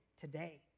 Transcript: today